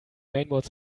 mainboards